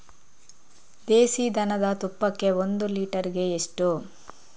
ದೇಸಿ ದನದ ತುಪ್ಪಕ್ಕೆ ಒಂದು ಲೀಟರ್ಗೆ ಎಷ್ಟು?